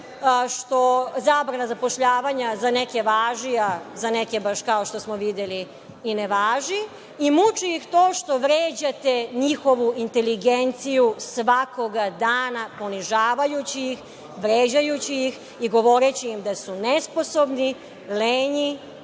što zabrana zapošljavanja za neke važi, a za neke, baš kao što smo videli, i ne važi. Muči ih to što vređate njihovu inteligenciju svakoga dana vređajući ih, ponižavajući ih i govoreći im da su nesposobni, lenji,